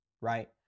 Right